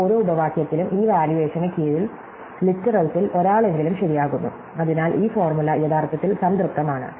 ഈ ഓരോ ഉപവാക്യത്തിലും ഈ വാല്യുവേഷന് കീഴിൽ ലിറ്ററല്സിൽ ഒരാളെങ്കിലും ശരിയാകുന്നു അതിനാൽ ഈ ഫോർമുല യഥാർത്ഥത്തിൽ സംതൃപ്തമാണ്